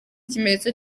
kimenyetso